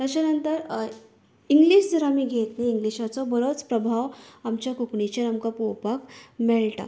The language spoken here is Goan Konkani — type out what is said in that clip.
ताच्या नंतर इंग्लीश जर आमी घेत न्हीं इंग्लीशाचो बरोंच प्रभाव आमच्या कोंकणीचेर आमकां पळोवपाक मेळटा